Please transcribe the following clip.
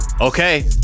Okay